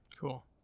Cool